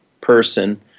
person